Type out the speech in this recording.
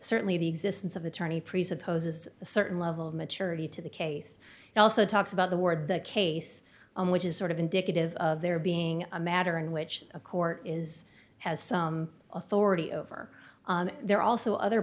certainly the existence of attorney presupposes a certain level of maturity to the case and also talks about the word the case which is sort of indicative of there being a matter in which a court is has some authority over there also other